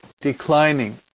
declining